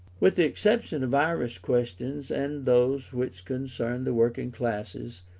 with the exception of irish questions, and those which concerned the working classes,